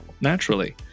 naturally